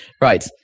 Right